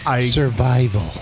Survival